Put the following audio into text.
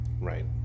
Right